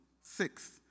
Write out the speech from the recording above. six